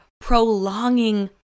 prolonging